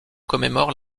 commémore